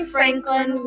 Franklin